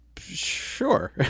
Sure